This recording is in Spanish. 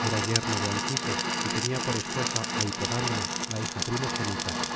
era yerno de anquises y tenía por esposa á hipodamia la hija primogénita